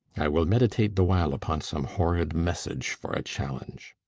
i will meditate the while upon some horrid message for a challenge.